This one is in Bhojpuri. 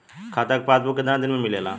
खाता के पासबुक कितना दिन में मिलेला?